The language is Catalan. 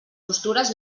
costures